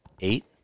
eight